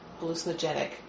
hallucinogenic